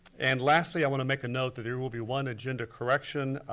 and lastly i wanna make a note that there will be one agenda correction.